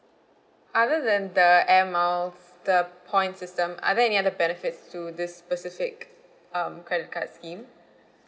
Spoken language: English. other than the Air Miles the point system are there any other benefits to this specific um credit card's scheme